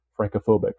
francophobic